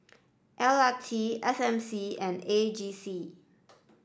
L R T S M C and A G C